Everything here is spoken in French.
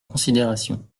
considération